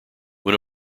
when